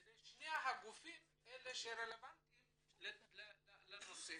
אלה שני הגופים שרלבנטיים לנושא.